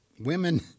women